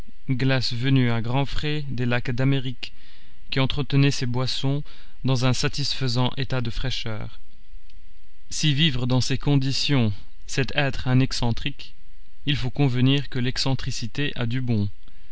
glace venue à grands frais des lacs d'amérique qui entretenait ses boissons dans un satisfaisant état de fraîcheur si vivre dans ces conditions c'est être un excentrique il faut convenir que l'excentricité a du bon